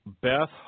Beth